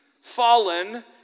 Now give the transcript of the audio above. fallen